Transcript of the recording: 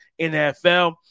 NFL